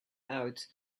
out